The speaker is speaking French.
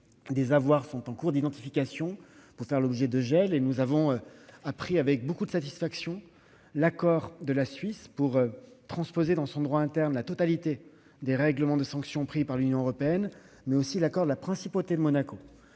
Des avoirs sont en cours d'identification, également en vue d'un gel. Nous avons appris avec beaucoup de satisfaction l'accord de la Suisse pour transposer dans son droit interne la totalité des règlements des sanctions prises par l'Union européenne, mais aussi l'accord de la Principauté de Monaco.